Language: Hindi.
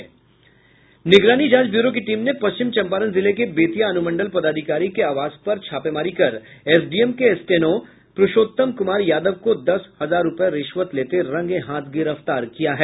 निगरानी जांच ब्यूरो की टीम ने पश्चिम चंपारण जिले के बेतिया अनुमंडल पदाधिकारी के आवास पर छापेमारी कर एसडीएम के स्टेनो प्रूषोत्तम कुमार यादव को दस हजार रुपये रिश्वत लेते रंगेहाथ गिरफ्तार किया है